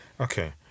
okay